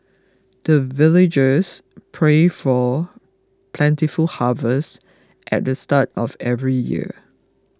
the villagers pray for plentiful harvest at the start of every year